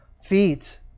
Feet